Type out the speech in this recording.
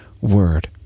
word